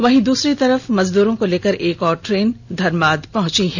वहीं दूसरी तरफ मजदूरों को लेकर एक ट्रेन धनबाद पहंची है